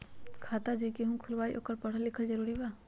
खाता जे केहु खुलवाई ओकरा परल लिखल जरूरी वा?